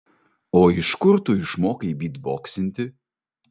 o iš kur tu išmokai bytboksinti